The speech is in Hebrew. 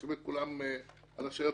לשים את כולם על השעיות,